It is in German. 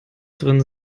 drin